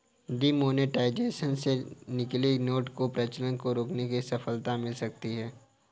demonetisation से नकली note के प्रचलन को रोकने में सफलता मिल सकती है